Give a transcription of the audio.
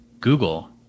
Google